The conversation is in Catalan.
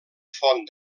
font